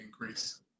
increase